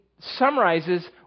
summarizes